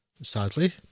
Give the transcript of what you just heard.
Sadly